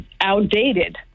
outdated